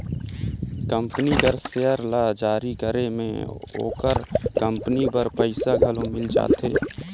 company कर share ल जारी करे में ओकर कंपनी बर पइसा घलो मिल जाथे